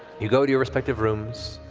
you go to your respective rooms,